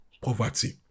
poverty